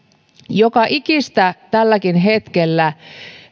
joka ikistä tälläkin hetkellä